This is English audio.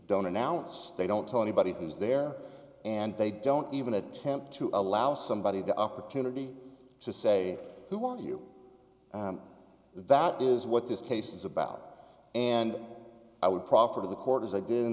don't announce they don't tell anybody who's there and they don't even attempt to allow somebody the opportunity to say who are you and that is what this case is about and i would proffer to the court as i did in